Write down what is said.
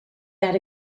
that